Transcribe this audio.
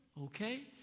okay